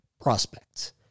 prospects